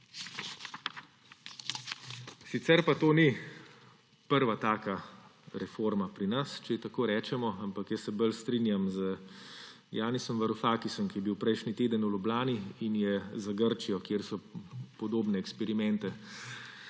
Sicer pa to ni prva taka reforma pri nas, če ji tako rečemo, ampak se bolj strinjam z Janisom Varufakisom, ki je bil prejšnji teden v Ljubljani in je za Grčijo, kjer so podobne eksperimente